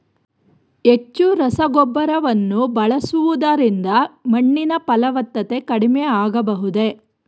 ಹೆಚ್ಚು ರಸಗೊಬ್ಬರವನ್ನು ಬಳಸುವುದರಿಂದ ಮಣ್ಣಿನ ಫಲವತ್ತತೆ ಕಡಿಮೆ ಆಗಬಹುದೇ?